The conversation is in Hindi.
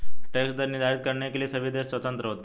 टैक्स दर निर्धारित करने के लिए सभी देश स्वतंत्र होते है